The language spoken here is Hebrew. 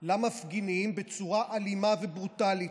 למפגינים, בצורה אלימה וברוטלית.